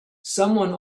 someone